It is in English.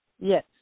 Yes